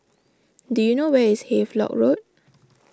do you know where is Havelock Road